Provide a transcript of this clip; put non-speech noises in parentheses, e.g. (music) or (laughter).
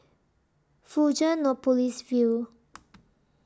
Fusionopolis View (noise)